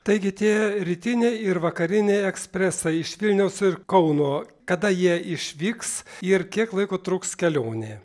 taigi tie rytiniai ir vakariniai ekspresai iš vilniaus ir kauno kada jie išvyks ir kiek laiko truks kelionė